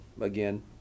again